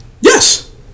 Yes